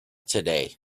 today